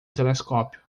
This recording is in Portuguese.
telescópio